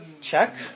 check